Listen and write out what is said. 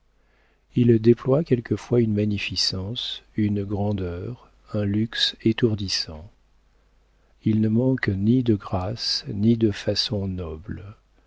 ils déploient quelquefois une magnificence une grandeur un luxe étourdissants ils ne manquent ni de grâce ni de façons nobles